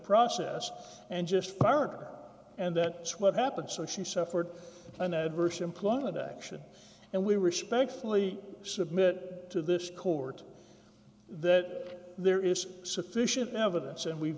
process and just pirate and that's what happened so she suffered an adverse employment action and we respectfully submit to this court that there is sufficient evidence and we've